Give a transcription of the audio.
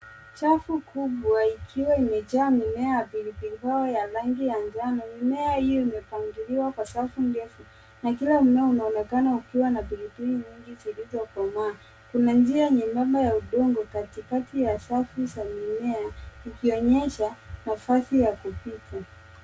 Chafu kubwa ikiwa imejaa mimea ya pilipili hoho ya rangi ya njano . Mimea hiyo imepangiliwa kwa safu ndefu na kila mmea unaonekana ukiwa na pilipili nyingi zilizokomaa. Kuna njia nyembamba ya udongo katikati ya safu za mimea ikionyesha nafasi ya kupita.